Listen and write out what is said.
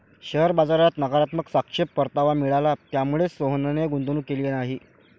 share बाजारात नकारात्मक सापेक्ष परतावा मिळाला, त्यामुळेच सोहनने गुंतवणूक केली नाही